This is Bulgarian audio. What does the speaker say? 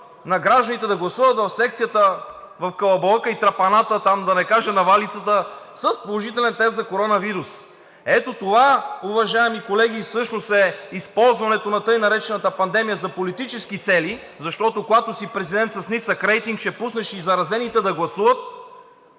на гражданите да гласуват в секцията в калабалъка и тарапаната там, да не кажа навалицата, с положителен тест за коронавирус. Ето това, уважаеми колеги, всъщност е използването на така наречената пандемия за политически цели, защото, когато си президент с нисък рейтинг, ще пуснеш и заразените да гласуват,